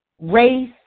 race